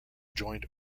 joint